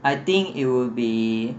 I think it would be